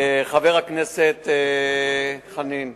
חבר הכנסת חנין,